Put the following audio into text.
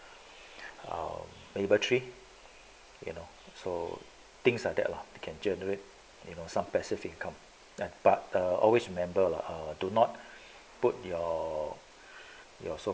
err Mapletree you know so things like that lah can generate you know some pacific come that but always remember lah do not put your your so